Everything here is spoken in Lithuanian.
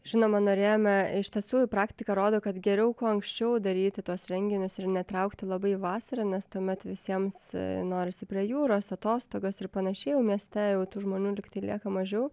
žinoma norėjome iš tiesų praktika rodo kad geriau kuo anksčiau daryti tuos renginius ir netraukti labai į vasarą nes tuomet visiems norisi prie jūros atostogos ir panašiai o mieste jau tų žmonių lyg tai lieka mažiau